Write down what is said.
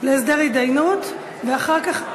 להסדר התדיינות, ואחר כך,